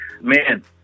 Man